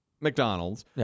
McDonald's